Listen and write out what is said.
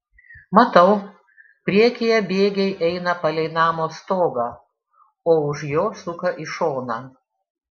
matau priekyje bėgiai eina palei namo stogą o už jo suka į šoną